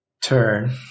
turn